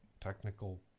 technical